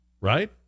Right